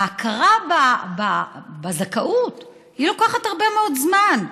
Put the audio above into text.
ההכרה בזכאות לוקחת הרבה מאוד זמן.